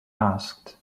asked